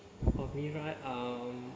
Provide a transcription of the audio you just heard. for me right um